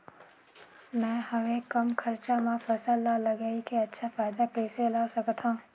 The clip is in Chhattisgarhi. मैं हवे कम खरचा मा फसल ला लगई के अच्छा फायदा कइसे ला सकथव?